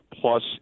plus